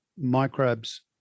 microbes